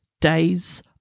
days